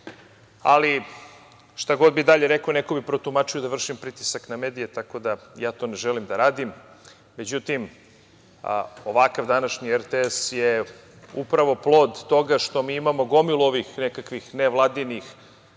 ali šta god bih dalje rekao neko bi to protumačio da vršim pritisak na medije, tako da to ne želim da radim.Međutim, ovakav današnji RTS je upravo plod toga što mi imamo gomilu nekakvih nevladinih